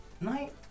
night